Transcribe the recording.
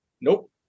Nope